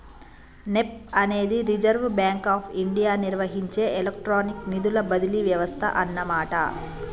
NEFT అనేది Reserve Bank of India నిర్వహించే electronic నిధుల బదిలీ వ్యవస్థ అన్నమాట